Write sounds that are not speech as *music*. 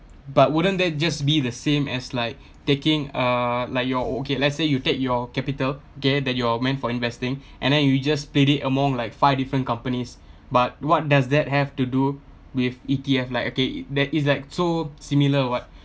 but wouldn't that just be the same as like *breath* taking uh like your okay let's say you take your capital K that you're meant for investing *breath* and then you just play it among like five different companies but what does that have to do with E_T_F like okay there is that so similar or what